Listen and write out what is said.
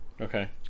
Okay